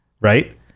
Right